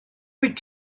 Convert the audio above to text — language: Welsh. wyt